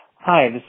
Hi